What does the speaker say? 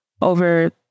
over